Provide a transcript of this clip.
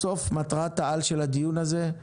בסוף מטרת-העל של הדיון הזה היא